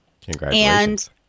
Congratulations